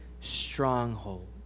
stronghold